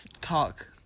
Talk